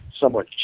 somewhat